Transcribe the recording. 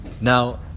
Now